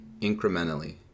incrementally